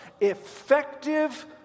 effective